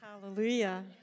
Hallelujah